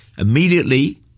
Immediately